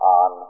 on